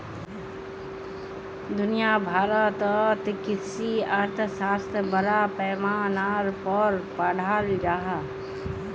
दुनिया भारोत कृषि अर्थशाश्त्र बड़ा पैमानार पोर पढ़ाल जहा